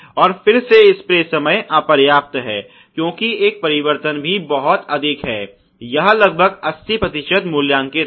और फिर से स्प्रे समय अपर्याप्त है क्योंकि एक परिवर्तन भी बहुत अधिक है यह लगभग 80मूल्यांकित है